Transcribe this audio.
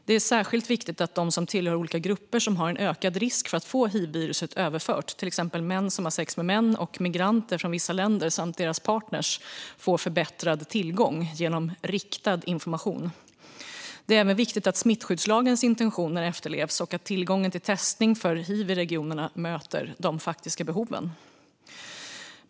Det är särskilt viktigt att de som tillhör olika grupper som har en ökad risk för att få hiv-viruset överfört, till exempel män som har sex med män och migranter från vissa länder samt deras partner, får förbättrad tillgång till detta genom riktad information. Det är även viktigt att smittskyddslagens intentioner efterlevs och att tillgången till testning för hiv i regionerna möter de faktiska behoven.